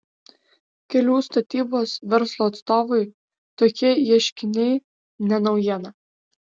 kelių statybos verslo atstovui tokie ieškiniai ne naujiena